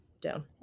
Down